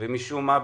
ומשום מה,